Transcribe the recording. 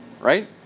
right